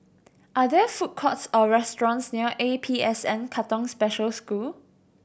are there food courts or restaurants near A P S N Katong Special School